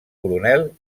coronel